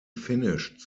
finished